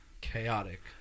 chaotic